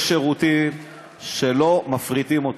יש שירותים שלא מפריטים.